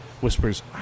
whispers